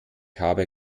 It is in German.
habe